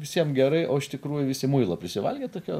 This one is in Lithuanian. visiem gerai o iš tikrųjų visi muilo prisivalgę tokio